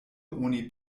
oni